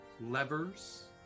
levers